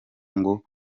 ngo